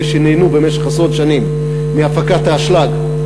אלה שנהנו במשך עשרות שנים מהפקת האשלג,